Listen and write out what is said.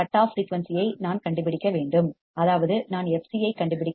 cut off frequency ஐ நான் கண்டுபிடிக்க வேண்டும் அதாவது நான் fc ஐ கண்டுபிடிக்க வேண்டும்